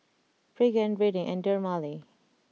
Pregain Rene and Dermale